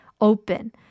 open